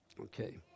Okay